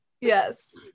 yes